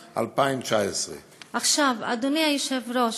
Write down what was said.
2,019. אדוני היושב-ראש,